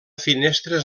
finestres